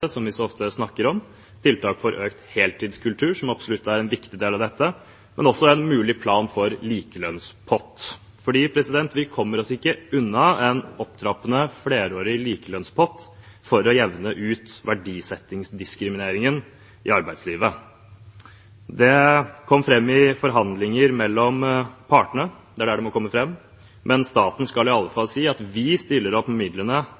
som vi så ofte snakker om, tiltak for økt heltidskultur, som absolutt er en viktig del av dette, og også en mulig plan for en likelønnspott. Vi kommer oss ikke unna en opptrappende, flerårig likelønnspott for å jevne ut verdisettingsdiskrimineringen i arbeidslivet. Det kom fram i forhandlinger mellom partene – det er der det må komme fram – men staten skal i alle fall si at vi stiller opp med midlene,